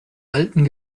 alten